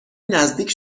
نزدیک